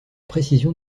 précision